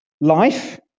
life